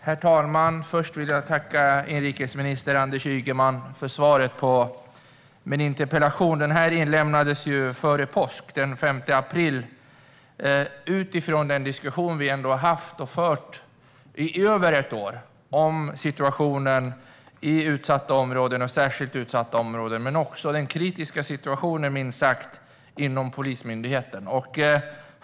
Herr talman! Först vill jag tacka inrikesminister Anders Ygeman för svaret på min interpellation. Den inlämnades före påsk, den 5 april, utifrån den diskussion vi har haft och fört i över ett år om situationen i utsatta områden och särskilt utsatta områden men också den kritiska situationen, minst sagt, inom Polismyndigheten.